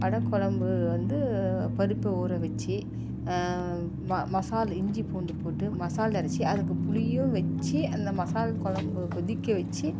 வடை குழம்பு வந்து பருப்பு ஊற வச்சு ம மசால் இஞ்சி பூண்டு போட்டு மசால் அரைத்து அதுக்கு புளியும் வச்சு அந்த மசால் குழம்பு கொதிக்க வச்சு